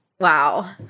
Wow